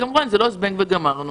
כמובן שזה לא זבנג וגמרנו